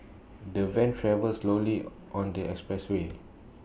the van travelled slowly on the expressway